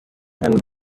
and